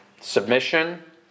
Submission